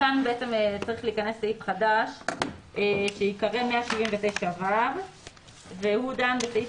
כאן צריך להיכנס סעיף חדש שייקרא 179ו. והוא דן בסעיף